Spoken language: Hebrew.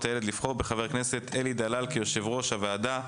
הילד לבחור בחבר הכנסת אלי דלל כיושב-ראש הוועדה.